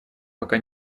пока